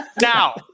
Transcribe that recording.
now